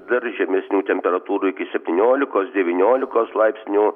dar žemesnių temperatūrų iki septyniolikos devyniolikos laipsnių